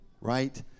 right